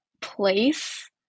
place